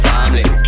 Family